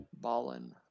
Ballin